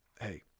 hey